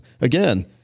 again